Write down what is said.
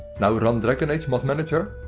now run dragon age mod manager.